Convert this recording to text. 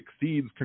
exceeds